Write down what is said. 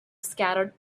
scattered